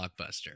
blockbuster